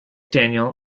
daniel